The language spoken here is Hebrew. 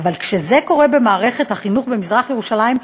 אכל כשזה קורה במערכת החינוך במזרח-ירושלים,